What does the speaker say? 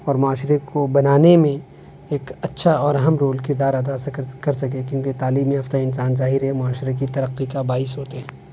اور معاشرے کو بنانے میں ایک اچھا اور اہم رول کردار ادا کر سکیں کیونکہ تعلیم یافتہ انسان ظاہر ہے معاشرے کی ترقی کا باعث ہوتے ہیں